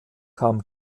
kam